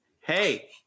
hey